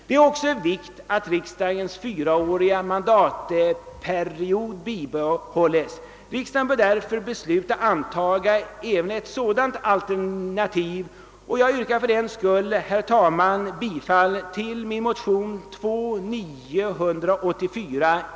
Det är också av vikt att riksdagens fyraåriga mandatperiod bibehålles. Riksdagen bör därför besluta att antaga även ett sådant alternativ. Jag yrkar fördenskull, herr talman, bifall till min motion II: 984.